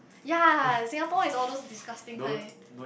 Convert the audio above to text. yea Singapore is all those disgusting kind